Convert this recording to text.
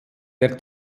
der